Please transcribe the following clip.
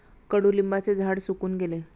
कडुलिंबाचे झाड सुकून गेले